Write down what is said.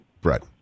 Brett